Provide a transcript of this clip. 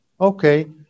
Okay